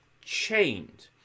Chained